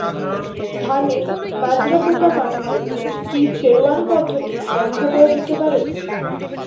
ধানের মাজরা পোকা মারতে কি ফেরোয়ান পদ্ধতি ব্যাখ্যা করে দিতে পারে?